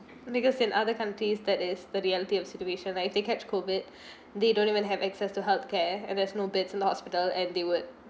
because in other countries that is the reality of situation like if they catch COVID they don't even have access to health care and there's no beds in the hospital and they would